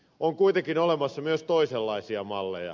on kuitenkin olemassa myös toisenlaisia malleja